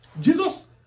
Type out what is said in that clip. Jesus